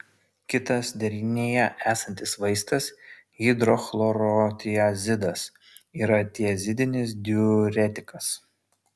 kitas derinyje esantis vaistas hidrochlorotiazidas yra tiazidinis diuretikas